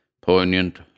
poignant